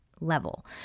level